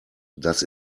das